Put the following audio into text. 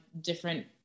different